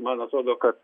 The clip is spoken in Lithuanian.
man atrodo kad